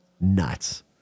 Nuts